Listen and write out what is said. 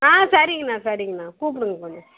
ஆ சரிங்கண்ணா சரிங்கண்ணா கூப்பிடுங்க கொஞ்சம்